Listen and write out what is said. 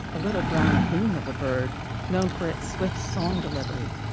a little brown bloom of a bird known for its swift song delivery,